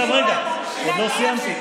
רגע, עוד לא סיימתי.